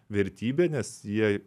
vertybė nes jie